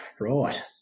Right